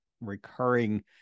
recurring